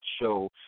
show